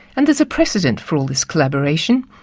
and there's a precedent for all this collaboration.